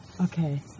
Okay